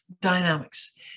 dynamics